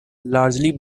largely